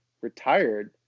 retired